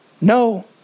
no